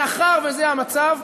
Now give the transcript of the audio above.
מאחר שזה המצב,